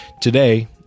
today